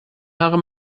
haare